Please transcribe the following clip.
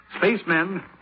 Spacemen